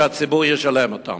ושהציבור ישלם אותם.